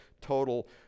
total